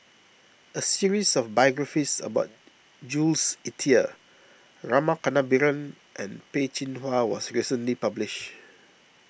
a series of biographies about Jules Itier Rama Kannabiran and Peh Chin Hua was recently published